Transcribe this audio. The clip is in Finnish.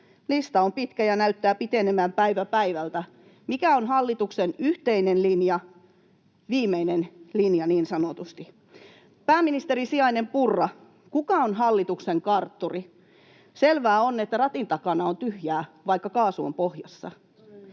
lista on pitkä ja näyttää pitenevän päivä päivältä. Mikä on hallituksen yhteinen linja, viimeinen linja niin sanotusti? Pääministerin sijainen Purra, kuka on hallituksen kartturi? Selvää on, että ratin takana on tyhjää, vaikka kaasu on pohjassa.